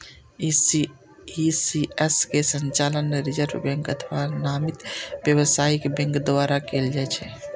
ECS के संचालन reserve bank अथवा नामित व्यावसायिक बैंक द्वारा कैल जाइ छै